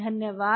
धन्यवाद